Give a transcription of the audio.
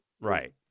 Right